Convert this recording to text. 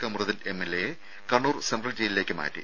കമറുദ്ദീൻ എംഎൽഎയെ കണ്ണൂർ സെൻട്രൽ ജയിലിലേക്ക് മാറ്റി